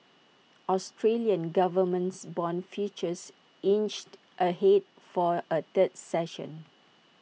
Australian governments Bond futures inched ahead for A third session